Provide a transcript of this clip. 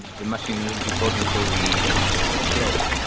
the machine would be potentially killed.